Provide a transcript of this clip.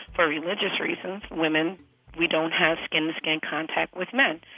for religious reasons, women we don't have skin-to-skin contact with men,